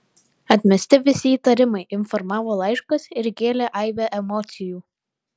atmesti visi įtarimai informavo laiškas ir kėlė aibę emocijų